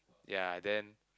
ya then